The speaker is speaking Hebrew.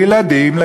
לילדים,